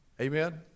Amen